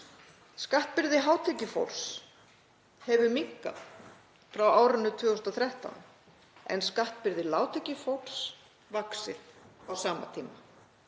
Skattbyrði hátekjufólks hefur minnkað frá árinu 2013 en skattbyrði lágtekjufólks vaxið á sama tíma.